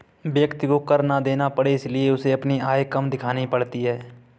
व्यक्ति को कर ना देना पड़े इसलिए उसे अपनी आय कम दिखानी पड़ती है